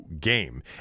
game